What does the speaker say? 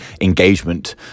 engagement